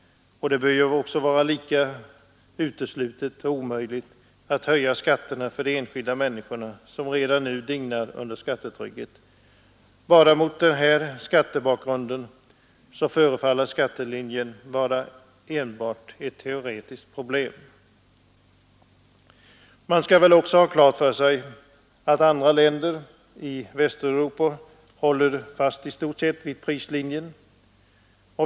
Det bör vara lika uteslutet att höja skatterna för de enskilda människorna, som redan nu dignar under skattetrycket. Bara mot den här skattebakgrunden förefaller skattelinjen vara endast ett teoretiskt problem. Man skall också ha klart för sig att andra länder i Västeuropa i stort sett håller fast vid prislinjen.